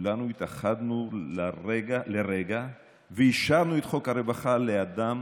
כולנו התאחדנו לרגע ואישרנו את חוק הרווחה לאדם